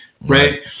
right